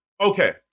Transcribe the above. Okay